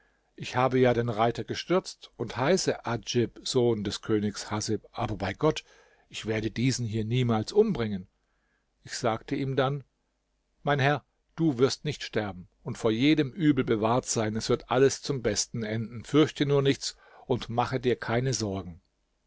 ich habe ja den reiter gestürzt und heiße adjib sohn des königs haßib aber bei gott ich werde diesen hier niemals umbringen ich sagte ihm dann mein herr du wirst nicht sterben und vor jedem übel bewahrt sein es wird alles zum besten enden fürchte nur nichts und mache dir keine sorgen